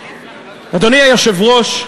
אדוני היושב-ראש,